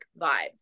vibes